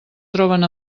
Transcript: troben